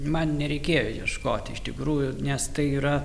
man nereikėjo ieškoti iš tikrųjų nes tai yra